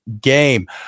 game